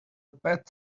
pet